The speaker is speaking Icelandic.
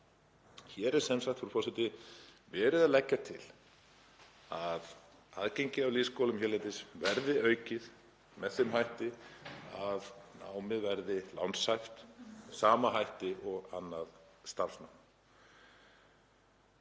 Hér er sem sagt, frú forseti, verið að leggja til að aðgengi að lýðskólum hérlendis verði aukið með þeim hætti að námið verði lánshæft með sama hætti og annað starfsnám.